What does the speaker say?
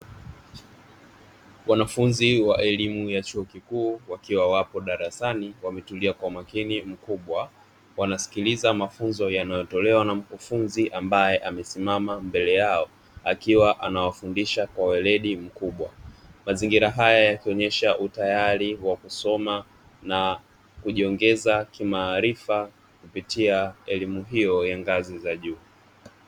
Wanafunzi wa elimu ya chuo kikuu wakiwa wapo darasani wametulia kwa umakini mkubwa; wanasikiliza mafunzo yanayotolewa na mkufunzi ambaye amesimama mbele yao, akiwa anawafundisha kwa weledi mkubwa. Mazingira hayo yakionyesha utaayari wa kusoma na kujiongeza kimaarifa kupitia elimu hiyo ya ngazi za juu.